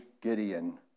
Gideon